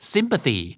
Sympathy